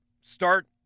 start